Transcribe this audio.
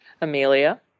Amelia